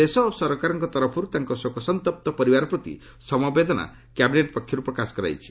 ଦେଶ ଓ ସରକାରଙ୍କ ତରଫରୁ ତାଙ୍କ ଶୋକସନ୍ତପ୍ତ ପରିବାର ପ୍ରତି ସମବେଦନା କ୍ୟାବିନେଟ୍ ପକ୍ଷରୁ ପ୍ରକାଶ କରାଯାଇଛି